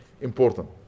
important